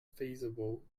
feasible